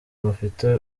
bafite